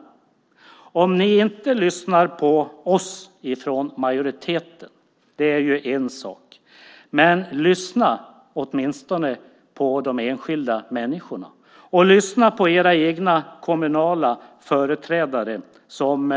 Det är en sak om ni inte lyssnar på oss i majoriteten, men lyssna åtminstone på de enskilda människorna! Lyssna på era egna kommunala företrädare som